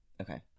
Okay